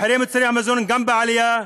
מחירי מוצרי המזון גם בעלייה,